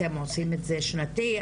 אתם עושים את שנתי?